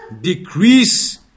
decrease